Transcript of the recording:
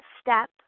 step